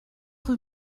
rue